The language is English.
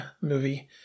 movie